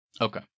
Okay